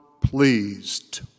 pleased